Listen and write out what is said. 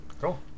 Cool